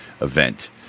event